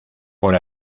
por